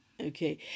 Okay